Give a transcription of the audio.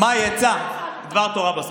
דבר תורה.